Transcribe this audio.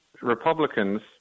Republicans